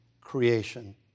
creation